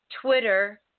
Twitter